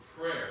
prayer